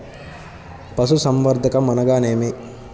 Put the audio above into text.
పశుసంవర్ధకం అనగానేమి?